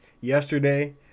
yesterday